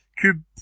Cube